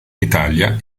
italia